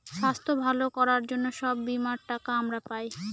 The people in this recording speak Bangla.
স্বাস্থ্য ভালো করার জন্য সব বীমার টাকা আমরা পায়